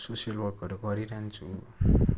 social वर्कहरू गरिरहन्छु